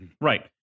right